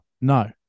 No